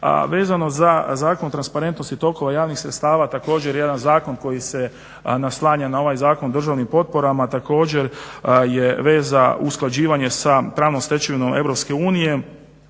Vezano za Zakon o transparentnosti tokova javnih sredstava također jedan zakon koji se naslanja na ovaj Zakon o državnim potporama. Također je veza usklađivanje sa pravnom stečevinom